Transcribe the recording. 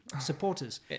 supporters